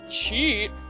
cheat